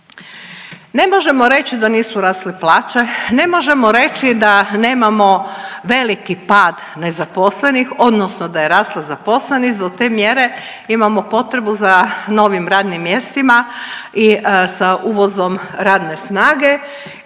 Ne možemo reći da nisu rasle plaće, ne možemo reći da nemamo veliki pad nezaposlenih, odnosno da je rasla zaposlenost. Do te mjere imamo potrebu za novim radnim mjestima sa uvozom radne snage.